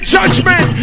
Judgment